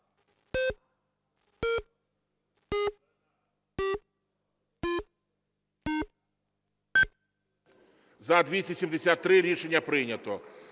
За-269 Рішення прийнято.